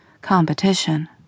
competition